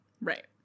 Right